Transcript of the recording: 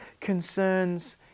concerns